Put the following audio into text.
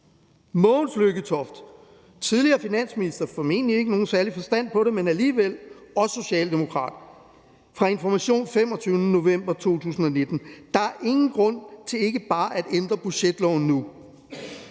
Mogens Lykketoft, tidligere finansminister og socialdemokrat – formentlig ikke med nogen særlig forstand på det, men alligevel – kan citeres fra Information den 25. november 2019: »Der er ingen grund til ikke bare at ændre budgetloven nu«.